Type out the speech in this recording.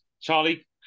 Charlie